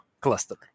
cluster